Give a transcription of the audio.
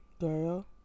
girl